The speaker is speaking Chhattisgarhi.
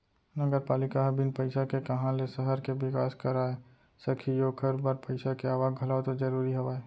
नगरपालिका ह बिन पइसा के काँहा ले सहर के बिकास कराय सकही ओखर बर पइसा के आवक घलौ तो जरूरी हवय